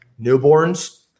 newborns